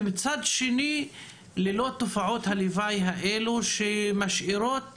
ומצד שני ללא תופעות הלוואי האלו שמשאירות